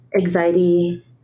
anxiety